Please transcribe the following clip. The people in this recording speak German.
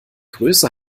größe